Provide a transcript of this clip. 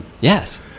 Yes